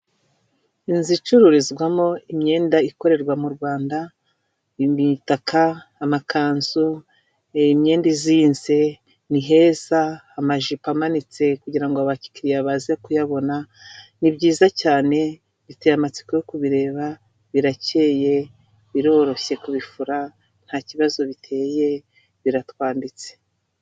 Inzu icururizwamo imyenda ikorerwa mu rwanda imitaka amakanzu imyenda izinze niheza amajipo amanitse kugira ngo abakiriya baze kuyabona ni byiza cyane biteye amatsiko yo kubireba birakeye biroroshye kubifura nta kibazo biteye biratwambitse.